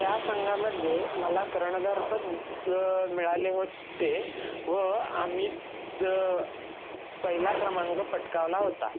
त्या संघामध्ये मला कर्णधारपद मिळाले होते व आम्ही त पहिला क्रमांक पटकावला होता